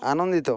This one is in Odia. ଆନନ୍ଦିତ